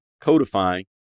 codifying